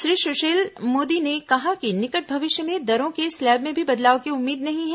श्री सुशील मोदी ने कहा कि निकट भविष्य में दरों के स्लैब में भी बदलाव की उम्मीद नहीं है